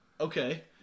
Okay